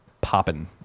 popping